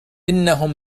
إنهم